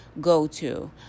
go-to